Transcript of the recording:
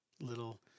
Little